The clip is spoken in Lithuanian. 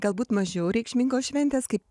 galbūt mažiau reikšmingos šventės kaip